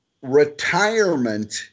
Retirement